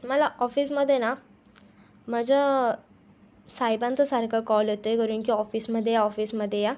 मला ऑफिसमध्ये ना माझ्या साहेबांचा सारखा कॉल येतो आहे करून की ऑफिसमध्ये या ऑफिसमध्ये या